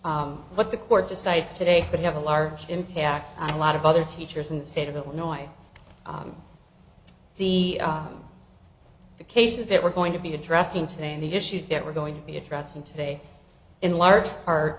what the court decides today could have a large impact on a lot of other teachers in the state of illinois the cases that we're going to be addressing today and the issues that we're going to be addressing today in large part